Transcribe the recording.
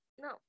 no